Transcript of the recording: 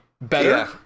better